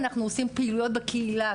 אנחנו עושים פעילויות בקהילה,